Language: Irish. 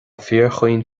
fíorchaoin